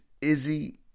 Izzy